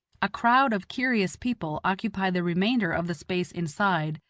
a crowd of curious people occupy the remainder of the space inside,